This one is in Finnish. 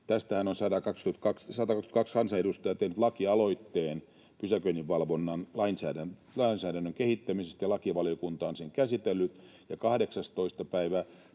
Tästähän on 122 kansanedustajaa tehnyt lakialoitteen, pysäköinninvalvonnan lainsäädännön kehittämisestä, ja lakivaliokunta on sen käsitellyt ja 18. päivä